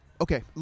Okay